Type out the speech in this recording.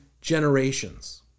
generations